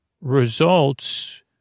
results